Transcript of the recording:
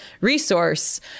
resource